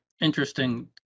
interesting